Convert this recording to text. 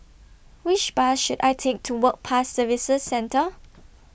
Which Bus should I Take to Work Pass Services Centre